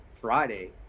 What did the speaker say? Friday